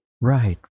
Right